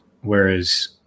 Whereas